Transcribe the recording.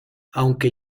aunque